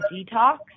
detox